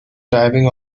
diving